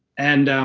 and um